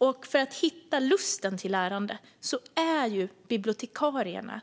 Och för att hitta lusten till lärande är bibliotekarierna